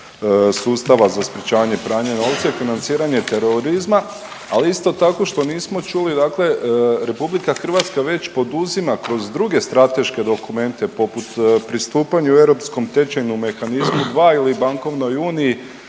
sustava za sprječavanje pranja novca i financiranje terorizma, ali isto tako što nismo čuli dakle RH već poduzima kroz druge strateške dokumente poput pristupanju Europskom tečajnom mehanizmu II ili Bankovnoj uniji